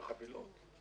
בין החבילות?